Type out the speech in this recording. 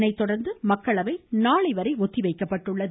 இதனை தொடர்ந்து மக்களவை நாளை வரை ஒத்திவைக்கப்பட்டது